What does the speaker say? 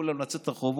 כולם לצאת לרחובות,